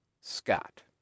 Scott